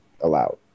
allowed